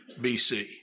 BC